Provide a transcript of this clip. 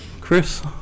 chris